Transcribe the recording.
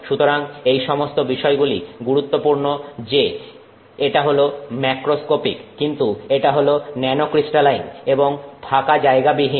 সুতরাং এই সমস্ত বিষয়গুলি গুরুত্বপূর্ণ যে এটা হলো ম্যাক্রোস্কোপিক কিন্তু এটা হল ন্যানোক্রিস্টালাইন এবং ফাঁকা জায়গা বিহীন